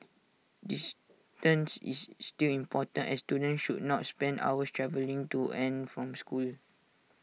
distance is still important as students should not spend hours travelling to and from school